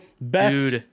Best